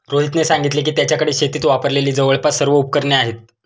रोहितने सांगितले की, त्याच्याकडे शेतीत वापरलेली जवळपास सर्व उपकरणे आहेत